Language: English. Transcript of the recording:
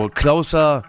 closer